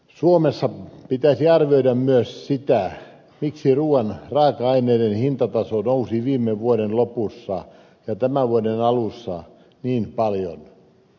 suomessa pitäisi arvioida myös sitä miksi ruuan raaka aineiden hintataso nousi viime vuoden lopussa ja tämän vuoden alussa niin paljon